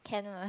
can lah